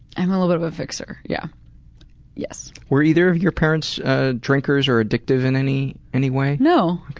i'm a little bit of a fixer, yeah yes. were either of your parents drinkers or addictive in any any way? no,